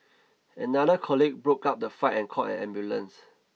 another colleague broke up the fight and called an ambulance